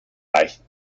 leicht